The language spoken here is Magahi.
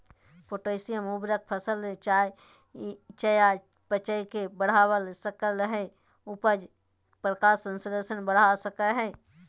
पोटेशियम उर्वरक फसल चयापचय के बढ़ा सकई हई, उपज, प्रकाश संश्लेषण बढ़ा सकई हई